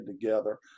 together